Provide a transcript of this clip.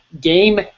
Game